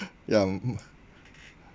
yeah mm